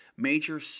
major